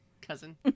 cousin